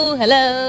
hello